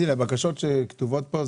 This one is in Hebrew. הבקשות שכתובות כאן,